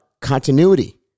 continuity